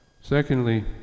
secondly